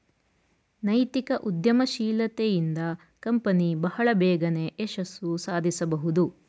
ನೈತಿಕ ಉದ್ಯಮಶೀಲತೆ ಇಂದ ಕಂಪನಿ ಬಹಳ ಬೇಗನೆ ಯಶಸ್ಸು ಸಾಧಿಸಬಹುದು